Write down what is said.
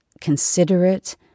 considerate